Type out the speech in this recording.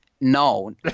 No